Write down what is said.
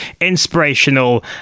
inspirational